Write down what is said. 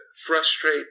frustrate